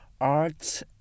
art